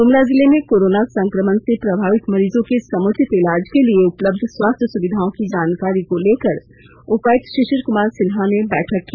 गुमला जिले में कोरोना संक्रमण से प्रभावित मरीजों के समुचित ईलाज के लिए उपलब्ध स्वास्थ्य सुविधाओं की जानकारी को लेकर उपायुक्त शिशिर कुमार सिन्हा ने बैठक की